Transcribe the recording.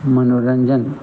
मनोरंजन